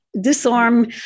disarm